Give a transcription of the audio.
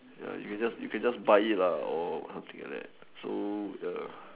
ya you can just you can just buy it lah or something like that so